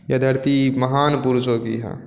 यह धरती महानपुरुषों की है